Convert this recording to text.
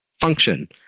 function